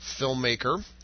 filmmaker